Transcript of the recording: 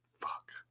Fuck